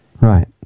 Right